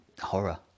horror